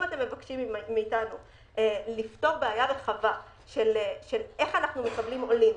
אם אתם מבקשים מאתנו לפתור בעיה רחבה איך אנחנו מקבלים עולים,